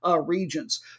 regions